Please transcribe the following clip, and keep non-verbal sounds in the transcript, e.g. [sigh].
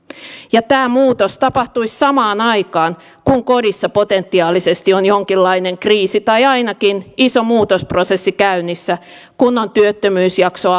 ja tämä muutos tapahtuisi samaan aikaan kun kodissa potentiaalisesti on jonkinlainen kriisi tai ainakin iso muutosprosessi käynnissä kun on työttömyysjakso [unintelligible]